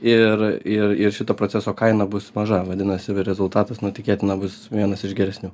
ir ir ir šito proceso kaina bus maža vadinasi rezultatas nu tikėtina bus vienas iš geresnių